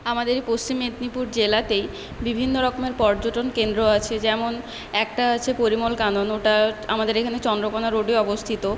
আমাদের পশ্চিম মেদিনীপুর জেলাতেই বিভিন্ন রকমের পর্যটন কেন্দ্র আছে যেমন একটা আছে পরিমল কানন ওটা আমাদের এখানে চন্দ্রকোনা রোডে অবস্থিত